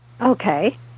okay